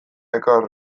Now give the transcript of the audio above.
ekarri